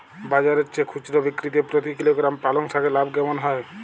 বাজারের চেয়ে খুচরো বিক্রিতে প্রতি কিলোগ্রাম পালং শাকে লাভ কেমন হয়?